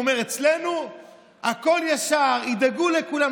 הוא אומר: אצלנו הכול ישר, ידאגו לכולם.